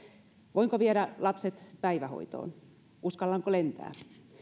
voinko viedä lapset päivähoitoon uskallanko lentää